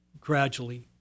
gradually